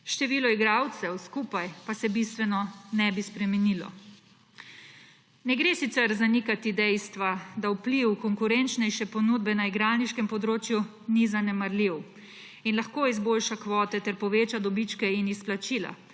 število igralcev skupaj pa se ne bi bistveno spremenilo. Ne gre sicer zanikati dejstva, da vpliv konkurenčnejše ponudbe na igralniškem področju ni zanemarljiv in lahko izboljša kvote ter poveča dobičke in izplačila,